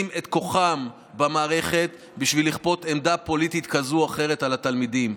את כוחם במערכת בשביל לכפות עמדה פוליטית כזו או אחרת על התלמידים.